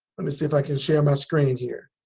let me see if i can share my screen here.